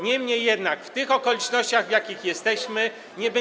Niemniej jednak w tych okolicznościach, w jakich jesteśmy, nie będziemy.